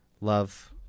Love